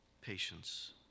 patience